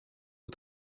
aux